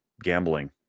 gambling